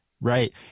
Right